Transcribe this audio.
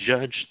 judge